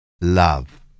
love